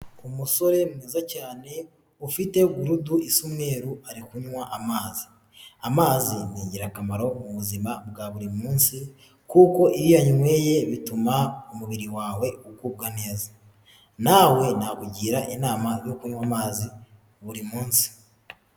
Umusore mwiza cyane ufite gurudu isa umweru ari kunywa amazi, amazi ni ingirakamaro mu buzima bwa buri munsi kuko iyo ayinyweye bituma umubiri wawe ugubwa neza, nawe nakugira inama yo kunywa amazi buri munsi.